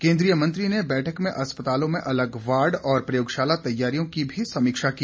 केंद्रीय मंत्री ने बैठक में अस्पतालों में अलग वार्ड और प्रयोगशाला तैयारियों की भी समीक्षा की